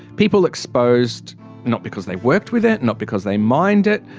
people exposed not because they worked with it, not because they mined it,